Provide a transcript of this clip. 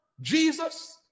Jesus